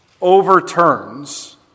overturns